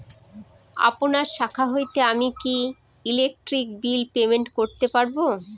আপনার শাখা হইতে আমি কি ইলেকট্রিক বিল পেমেন্ট করতে পারব?